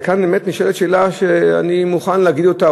כאן באמת נשאלת שאלה שאני מוכן להגיד אותה,